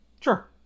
Sure